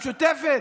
המשותפת,